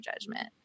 judgment